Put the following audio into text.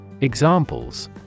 Examples